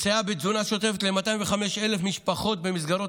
נשיאה בתזונה שוטפת ל-205,000 משפחות במסגרות